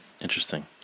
interesting